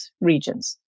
regions